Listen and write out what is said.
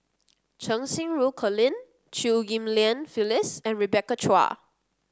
Cheng Xinru Colin Chew Ghim Lian Phyllis and Rebecca Chua